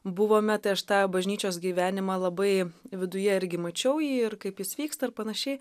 buvome tai aš tą bažnyčios gyvenimą labai viduje irgi mačiau jį ir kaip jis vyksta ir panašiai